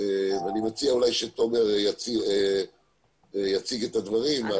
ואני מציע שתומר יציג את הדברים.